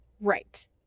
Right